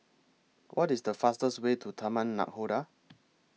What IS The fastest Way to Taman Nakhoda